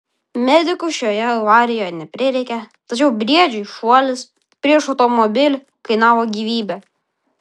medikų šioje avarijoje neprireikė tačiau briedžiui šuolis prieš automobilį kainavo gyvybę